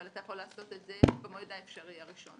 אבל אתה יכול לעשות את זה במועד האפשרי הראשון.